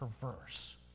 perverse